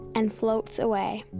and floats away.